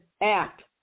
act